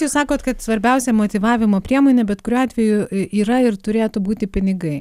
jus sakot kad svarbiausia motyvavimo priemonė bet kuriuo atveju yra ir turėtų būti pinigai